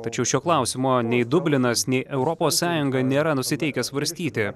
tačiau šio klausimo nei dublinas nei europos sąjunga nėra nusiteikę svarstyti